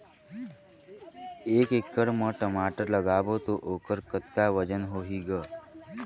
एक एकड़ म टमाटर लगाबो तो ओकर कतका वजन होही ग?